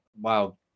wow